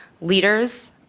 leaders